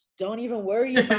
don't even worry.